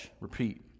repeat